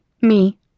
Me